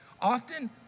often